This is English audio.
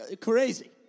crazy